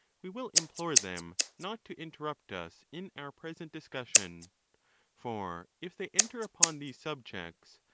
we will implore them not to interrupt us in our present discussion for if they enter upon these subjects,